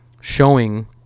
showing